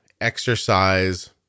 exercise